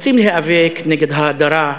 רוצים להיאבק נגד ההדרה,